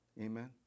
Amen